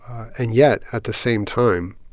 and yet, at the same time,